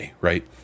right